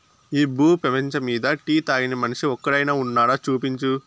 ఈ భూ పేపంచమ్మీద టీ తాగని మనిషి ఒక్కడైనా వున్నాడా, చూపించు